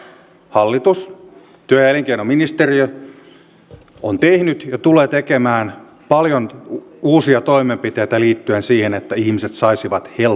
sen takia hallitus ja työ ja elinkeinoministeriö ovat tehneet ja tulevat tekemään paljon uusia toimenpiteitä liittyen siihen että ihmiset saisivat helpommin töitä